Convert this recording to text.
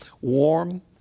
warm